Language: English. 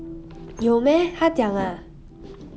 有 meh 她讲 ah